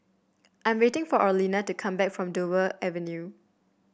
I am waiting for Orlena to come back from Dover Avenue